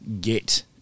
get